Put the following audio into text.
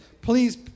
Please